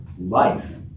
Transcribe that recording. Life